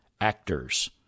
actors—